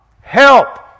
help